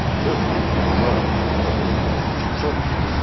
literally in the mud that have been frozen